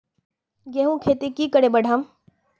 गेंहू खेती की करे बढ़ाम?